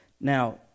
Now